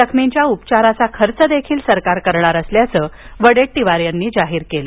जखमींच्या उपचाराचा खर्च देखील सरकार करणार असल्याचं वडेट्टीवार यांनी जाहीर केलं